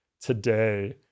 today